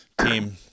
team